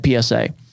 PSA